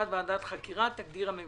אנחנו יכולים לבקש מן הממשלה.